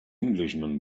englishman